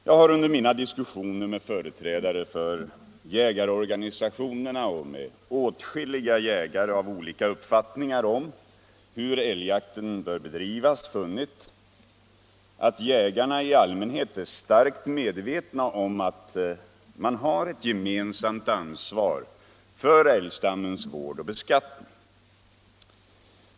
Jag har under mina diskussioner med företrädare för jägarorganisationerna och med åtskilliga jägare av olika uppfattningar om hur älgjakten bör bedrivas funnit att jägarna i allmänhet är starkt medvetna om att man har ett gemensamt ansvar för älgstammens vård och beskattning.